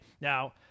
now